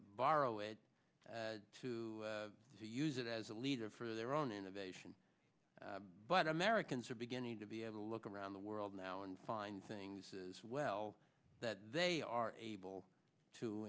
borrow it to use it as a leader for their own innovation but americans are beginning to be able to look around the world now and find things as well that they are able to